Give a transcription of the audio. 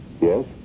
Yes